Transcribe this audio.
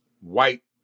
white